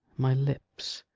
my lips,